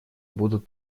будут